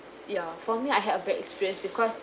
ya for me I had a bad experience because